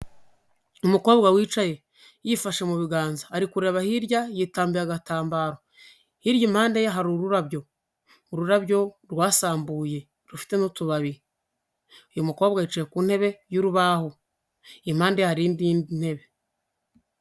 Umukobwa wicaye, yifashe mu biganza, ari kureba hirya yitambiye agatambaro, hirya impande ye hari ururabyo, ururabyo rwasambuye rufite n'utubabi, uyu mukobwa yicaye ku ntebe y'urubaho impande hari indi ntebe.